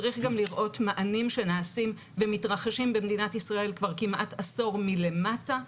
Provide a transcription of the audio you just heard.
צריך גם לראות מענים שנעשים ומתרחשים במדינת ישראל כבר כמעט עשור מלמטה,